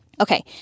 Okay